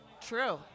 True